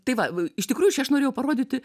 tai va iš tikrųjų čia aš norėjau parodyti